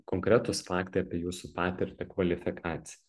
konkretūs faktai apie jūsų patirtį kvalifikaciją